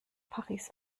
paris